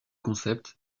concept